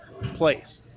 place